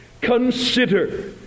consider